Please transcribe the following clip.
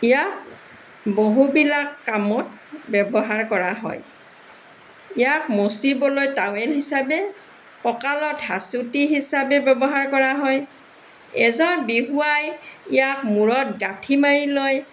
ইয়াক বহুবিলাক কামত ব্যৱহাৰ কৰা হয় ইয়াক মচিবলৈ টাৱেল হিচাপে কঁকালত হাঁচতি হিচাপে ব্যৱহাৰ কৰা হয় এজন বিহুৱাই ইয়াক মূৰত গাঁঠি মাৰি লয়